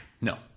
No